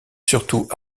surtout